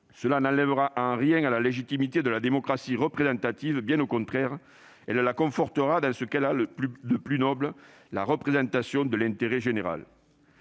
Cela n'enlèvera rien à la légitimité de la démocratie représentative ; bien au contraire, cela la confortera dans ce qu'elle a de plus noble : la représentation de l'intérêt général.